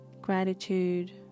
Gratitude